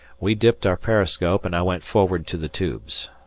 we dipped our periscope and i went forward to the tubes.